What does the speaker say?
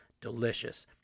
delicious